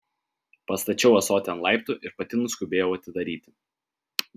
pastačiau ąsotį ant laiptų ir pati nuskubėjau atidaryti